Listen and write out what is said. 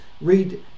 read